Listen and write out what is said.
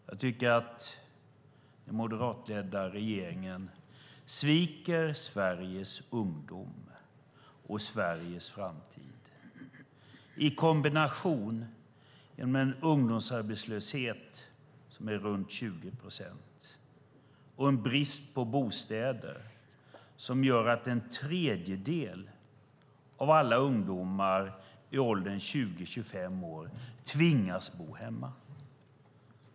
Jag tycker att den moderatledda regeringen sviker Sveriges ungdom och Sveriges framtid, i kombination med en ungdomsarbetslöshet som är runt 20 procent och en brist på bostäder som gör att en tredjedel av alla ungdomar i åldern 20-25 år tvingas bo hemma.